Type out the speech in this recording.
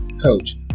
Coach